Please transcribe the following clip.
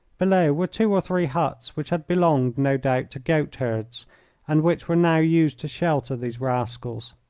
below were two or three huts which had belonged, no doubt, to goatherds, and which were now used to shelter these rascals.